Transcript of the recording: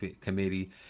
Committee